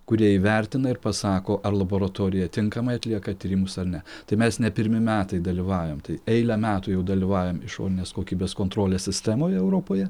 kurie įvertina ir pasako ar laboratorija tinkamai atlieka tyrimus ar ne tai mes ne pirmi metai dalyvaujam tai eilę metų jau dalyvaujam išorinės kokybės kontrolės sistemoje europoje